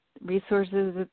resources